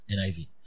NIV